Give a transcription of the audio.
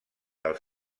del